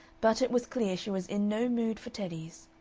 but it was clear she was in no mood for teddys.